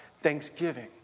thanksgiving